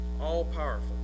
all-powerful